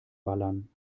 ballern